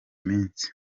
minsi